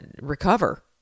recover